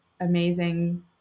amazing